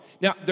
Now